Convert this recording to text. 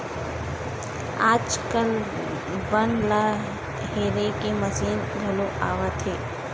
आजकाल बन ल हेरे के मसीन घलो आवत हे